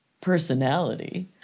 personality